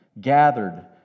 gathered